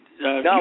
No